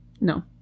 No